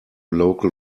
local